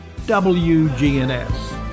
WGNS